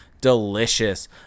delicious